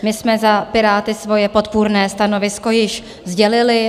My jsme za Piráty svoje podpůrné stanovisko již sdělili.